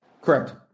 Correct